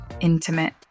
intimate